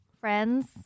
Friends